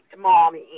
Mommy